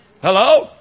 Hello